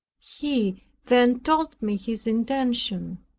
he then told me his intention.